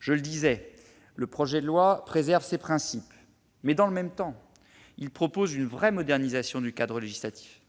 Je le disais, le projet de loi préserve ces principes. Mais, dans le même temps, il propose une vraie modernisation du cadre législatif.